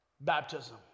baptism